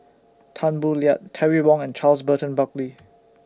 Tan Boo Liat Terry Wong and Charles Burton Buckley